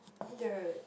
the